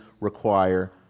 require